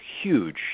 huge